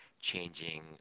changing